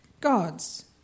God's